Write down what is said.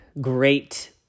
great